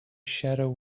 shadow